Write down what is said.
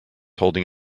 holding